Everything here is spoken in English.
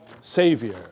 Savior